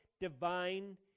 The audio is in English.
divine